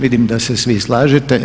Vidim da se svi slažete.